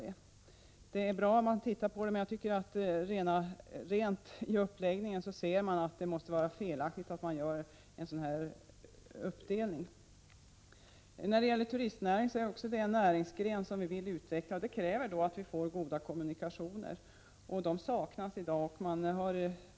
Det ser bra ut vid en ytlig granskning, men jag tycker att man av uppläggningen ändå ser att det är felaktigt att göra en sådan här uppdelning. Turistnäringen är en näring som också vi vill utveckla, och det kräver att vi får goda kommunikationer. Sådana saknas i dag.